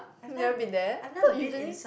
never been there thought usually